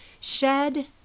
shed